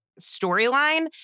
storyline